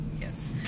yes